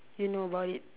you know about it